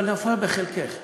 אבל נפלה בחלקך הזדמנות.